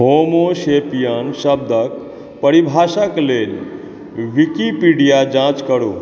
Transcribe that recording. Homo sapien शब्दक परिभाषाक लेल विकिपीडिया जाँच करू